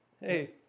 Hey